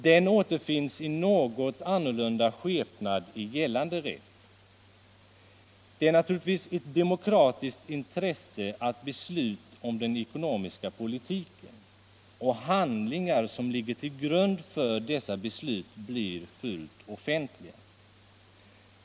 Den återfinns i något annorlunda skepnad i gällande rätt. Det är naturligtvis ett demokratiskt intresse att beslut om den ekonomiska politiken — och handlingar som ligger till grund för dessa beslut — blir fullt offentliga.